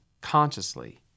consciously